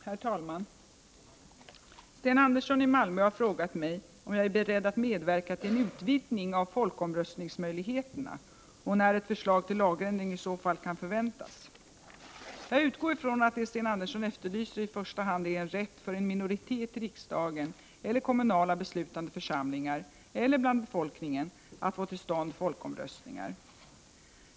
Herr talman! Sten Andersson i Malmö har frågat mig om jag är beredd att medverka till en utvidgning av folkomröstningsmöjligheterna och när ett förslag till lagändring i så fall kan förväntas. Jag utgår från att det Sten Andersson efterlyser i första hand är rätt för en minoritet i riksdagen eller i kommunala beslutande församlingar eller bland befolkningen att få till stånd folkomröstningar.